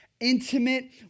intimate